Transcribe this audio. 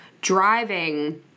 driving